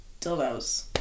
dildos